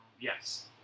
Yes